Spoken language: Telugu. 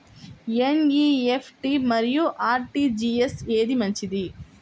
ఎన్.ఈ.ఎఫ్.టీ మరియు అర్.టీ.జీ.ఎస్ ఏది మంచిది?